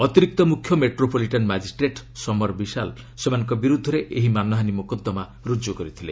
ଅତିରିକ୍ତ ମୁଖ୍ୟ metropolitan magistrate Samar Vishal ସେମାନଙ୍କ ବିରୁଦ୍ଧରେ ଏହି ମାନହାନୀ ମୋକଦ୍ଦମା ରୁଜୁ କରିଥିଲେ